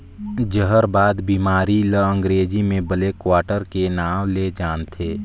जहरबाद बेमारी ल अंगरेजी में ब्लैक क्वार्टर के नांव ले जानथे